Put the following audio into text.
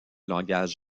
langage